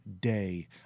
Day